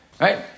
Right